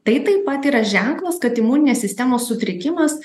tai taip pat yra ženklas kad imuninės sistemos sutrikimas